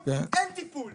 שעלינו אין טיפול.